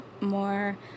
more